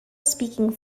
speaking